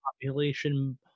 Population